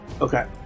Okay